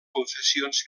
confessions